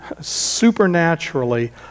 supernaturally